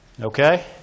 Okay